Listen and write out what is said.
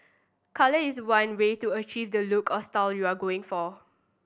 colour is one way to achieve the look or style you're going for